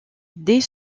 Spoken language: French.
dès